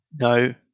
no